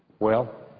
well,